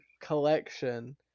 collection